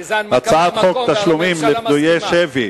כי זאת הנמקה מהמקום, והממשלה מסכימה.